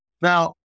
Now